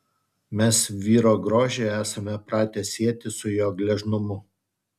mes vyro grožį esame pratę sieti su jo gležnumu